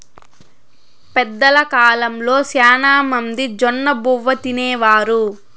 పెద్దల కాలంలో శ్యానా మంది జొన్నబువ్వ తినేవారు